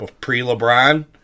Pre-LeBron